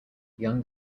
young